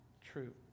true